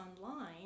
online